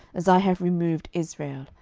as i have removed israel,